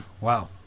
Wow